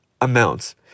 amounts